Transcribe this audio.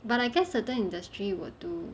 but I guess certain industry will do